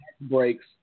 breaks